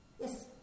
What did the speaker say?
Yes